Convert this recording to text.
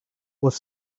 was